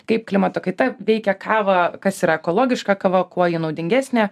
kaip klimato kaita veikia kavą kas yra ekologiška kava kuo ji naudingesnė